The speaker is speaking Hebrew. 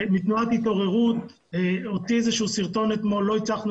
מתנועת התעוררות הוציא אתמול איזשהו סרטון שלא הצלחנו